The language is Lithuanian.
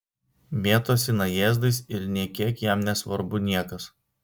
mėtosi najėzdais ir nė kiek jam nesvarbu niekas